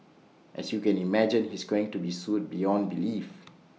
as you can imagine he's going to be sued beyond belief